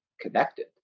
connected